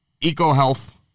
EcoHealth